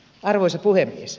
arvoisa puhemies